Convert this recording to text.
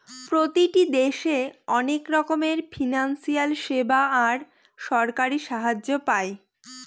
প্রতিটি দেশে অনেক রকমের ফিনান্সিয়াল সেবা আর সরকারি সাহায্য পায়